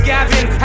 Gavin